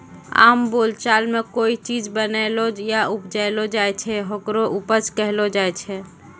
आम बोलचाल मॅ कोय चीज बनैलो या उपजैलो जाय छै, होकरे उपज कहलो जाय छै